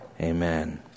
amen